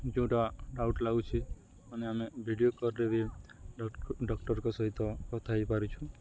ଯେଉଁଟା ଡାଉଟ୍ ଲାଗୁଛିି ମାନେ ଆମେ ଭିଡ଼ିଓ କଲ୍ରେ ବି ଡକ୍ଟ ଡକ୍ଟରଙ୍କ ସହିତ କଥା ହେଇ ପାରୁଛୁ